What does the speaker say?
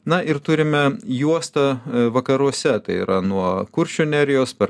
na ir turime juostą vakaruose tai yra nuo kuršių nerijos per